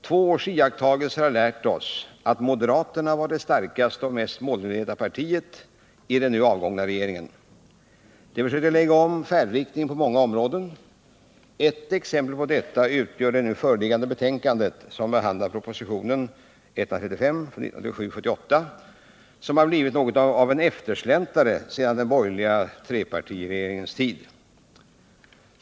Två års iakttagelser har lärt oss att moderaterna var det starkaste och mest målmedvetna partiet i den nu avgångna regeringen. De försökte lägga om färdriktningen på många områden. Ett exempel på detta utgör det nu föreliggande betänkandet, som behandlar proposition 1977/78:135,en proposition som har blivit något av en eftersläntrare från den borgerliga trepartiregeringens tid.